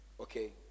Okay